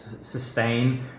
sustain